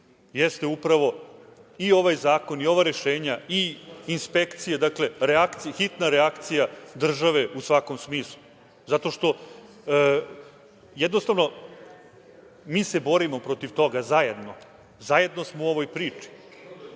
jeste upravo i ovaj zakon i ova rešenja i inspekcije, dakle, hitna reakcija države, u svakom smislu. Jednostavno, mi se borimo protiv toga zajedno. Zajedno smo u ovoj priči.